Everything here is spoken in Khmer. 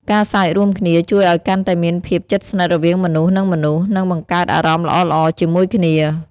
ការសើចរួមគ្នាជួយឲ្យកាន់តែមានភាពជិតស្និទរវាងមនុស្ស នឹងមនុស្ស និងបង្កើតអារម្មណ៍ល្អៗជាមួយគ្នា។